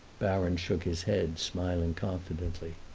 baron shook his head, smiling confidently.